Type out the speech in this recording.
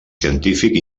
científic